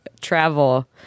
travel